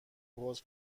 حوض